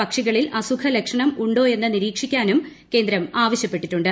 പക്ഷികളിൽ അസുഖ ലക്ഷണം ഉണ്ടോയെന്ന് നിരീക്ഷിക്കാനും കേന്ദ്രം ആവശ്യപ്പെട്ടിട്ടുണ്ട്